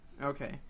okay